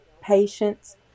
patients